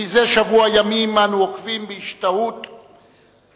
זה שבוע ימים אנו עוקבים בהשתאות ובתדהמה,